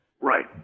Right